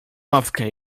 ławkę